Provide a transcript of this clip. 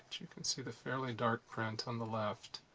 you can see the fairly dark print on the left,